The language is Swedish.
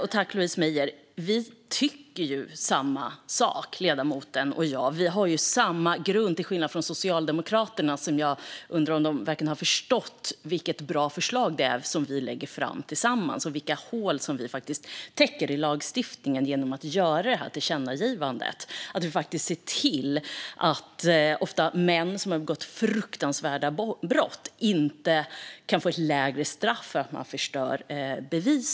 Herr talman! Ledamoten och jag tycker likadant, till skillnad från Socialdemokraterna. De har nog inte förstått vilket bra förslag vi lägger fram och vilka hål i lagstiftningen som vi faktiskt kan täppa igen genom detta tillkännagivande. Nu kan vi se till att de, oftast män, som har begått fruktansvärda brott inte får lägre straff när de förstör bevis.